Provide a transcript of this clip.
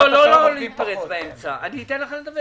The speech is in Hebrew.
לא להתפרץ באמצע, אני אתן לך לדבר.